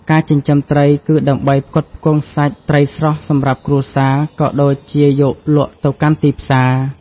ការចិញ្ចឹមត្រីគឺដើម្បីផ្គត់ផ្គង់សាច់ត្រីស្រស់សម្រាប់គ្រួសារ ក៏ដូចជាយកលក់ទៅកាន់ទីផ្សារ។